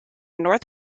north